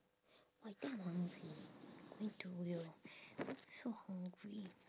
!wah! I think I'm hungry going to yawn so hungry